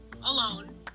alone